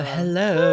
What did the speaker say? Hello